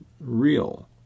real